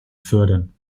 fördern